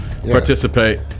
participate